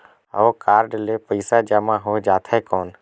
हव कारड ले पइसा जमा हो जाथे कौन?